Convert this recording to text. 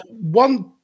one